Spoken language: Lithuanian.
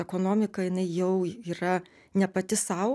ekonomika jinai jau yra ne pati sau